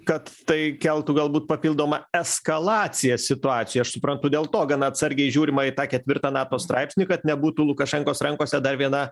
kad tai keltų galbūt papildomą eskalaciją situacijoj aš suprantu dėl to gana atsargiai žiūrima į tą ketvirtą nato straipsnį kad nebūtų lukašenkos rankose dar viena